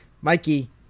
Mikey